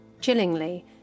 Chillingly